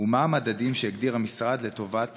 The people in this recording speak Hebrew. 2. מה המדדים שהגדיר המשרד לטובת